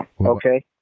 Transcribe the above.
Okay